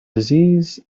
disease